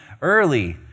early